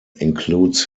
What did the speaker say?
includes